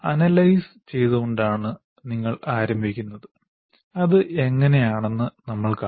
analyse ചെയ്തുകൊണ്ടാണ് നിങ്ങൾ ആരംഭിക്കുന്നത് അത് എങ്ങനെയാണെന്ന് നമ്മൾ കാണും